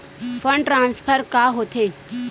Fund transfer का होथे?